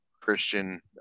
christian